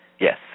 Yes